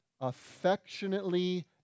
affectionately